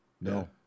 No